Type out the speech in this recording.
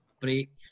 break